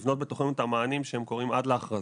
לבנות בתוכו גם מענים שקורים עד ההכרזה,